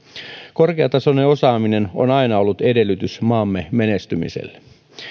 korkeatasoinen osaaminen on aina ollut edellytys maamme menestymiselle